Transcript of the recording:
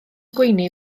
gweini